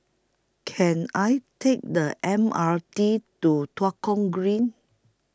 Can I Take The M R T to Tua Kong Green